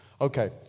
Okay